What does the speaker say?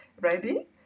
Ready